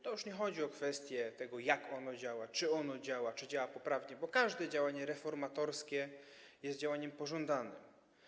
Tu już nie chodzi o kwestię tego, jak ono działa, czy ono działa, czy działa poprawnie, bo każde działanie reformatorskie jest działaniem pożądanym.